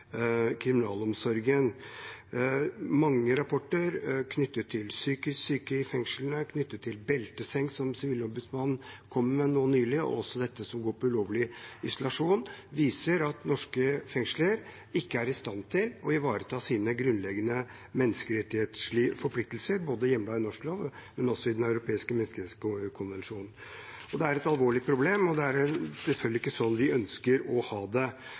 kriminalomsorgen. Mange rapporter – knyttet til psykisk syke i fengslene, knyttet til belteseng, som Sivilombudsmannen kom med nå nylig, og også dette som går på ulovlig isolasjon – viser at norske fengsler ikke er i stand til å ivareta sine grunnleggende menneskerettslige forpliktelser som er hjemlet både i norsk lov og i Den europeiske menneskerettskonvensjon. Det er et alvorlig problem, og det er selvfølgelig ikke slik vi ønsker å ha det.